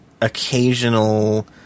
occasional –